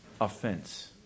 offense